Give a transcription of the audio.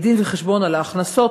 דין-וחשבון על ההכנסות,